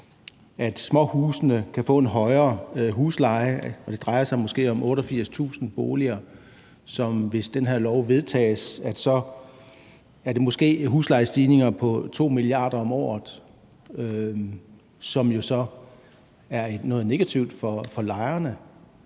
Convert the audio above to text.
at småhusene kan få en højere husleje – det drejer sig måske om 88.000 boliger – betyder det måske, hvis det her lovforslag vedtages, huslejestigninger på 2 mia. kr. om året, som jo så er noget negativt for lejerne.